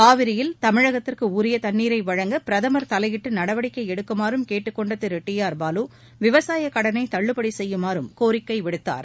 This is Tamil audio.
காவிரியில் தமிழகத்திற்கு உரிய தன்னீரை வழங்க பிரதமர் தலையிட்டு நடவடிக்கை எடுக்குமாறு கேட்டுக் கொண்ட திரு டி ஆர் பாலு விவசாயக்கடனை தள்ளுபடி செய்யுமாறும் கோரிக்கை விடுத்தார்